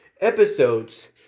episodes